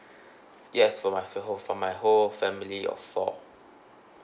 yes for my whole for my whole family of four